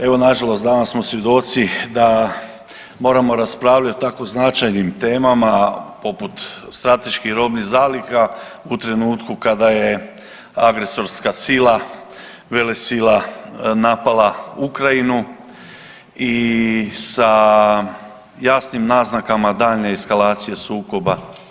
Evo, nažalost danas smo svjedoci da moramo raspravljati o tako značajnim temama, poput strateških robnih zaliha, u trenutku kada je agresorska sila, velesila napala Ukrajinu i sa jasnim naznakama daljnje eskalacije sukoba.